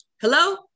hello